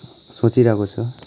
सोचिरहेको छु